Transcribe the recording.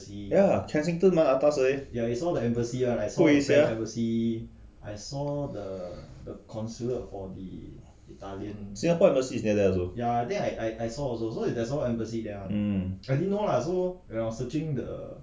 ya kensington 蛮 atas 的 eh !wow! sia singapore's embassy is near there also hmm